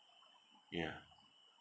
yeah